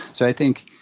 so i think